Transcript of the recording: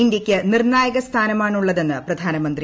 ഇന്ത്യയ്ക്ക് നിർണായകൃസ്ഥാന്മാണുള്ളതെന്ന് പ്രധാനമന്ത്രി